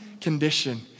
condition